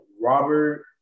Robert